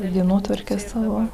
dienotvarkę savo